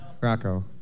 Rocco